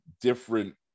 different